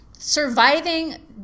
surviving